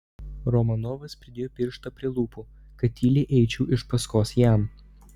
romanovas pridėjo pirštą prie lūpų kad tyliai eičiau iš paskos jam